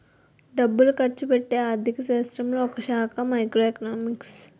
డబ్బులు ఖర్చుపెట్టే ఆర్థిక శాస్త్రంలో ఒకశాఖ మైక్రో ఎకనామిక్స్